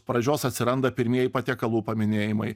pradžios atsiranda pirmieji patiekalų paminėjimai